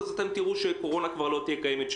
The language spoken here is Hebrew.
אתם תראו שהקורונה כבר לא תהיה קיימת.